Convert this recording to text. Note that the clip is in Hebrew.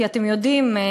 כי אתם יודעים,